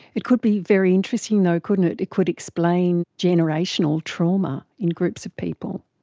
it could be very interesting, though, couldn't it, it could explain generational trauma in groups of people.